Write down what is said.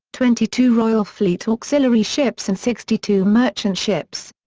twenty two royal fleet auxiliary ships and sixty two merchant ships.